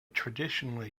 traditionally